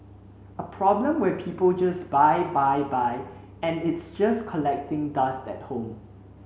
a problem where people just buy buy buy and it's just collecting dust at home